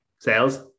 sales